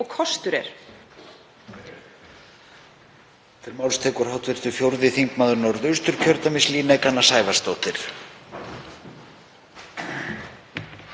og kostur er.